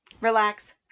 relax